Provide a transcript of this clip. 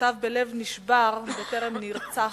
כתב בלב נשבר בטרם נרצח: